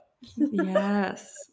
Yes